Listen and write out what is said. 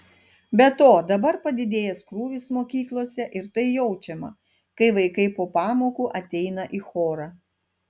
be to dabar padidėjęs krūvis mokyklose ir tai jaučiama kai vaikai po pamokų ateina į chorą